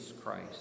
Christ